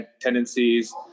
tendencies